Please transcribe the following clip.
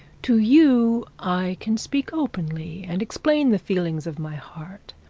to you i can speak openly, and explain the feelings of my heart.